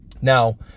Now